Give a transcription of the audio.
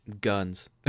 guns